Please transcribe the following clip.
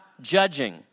judging